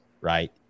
right